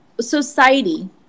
society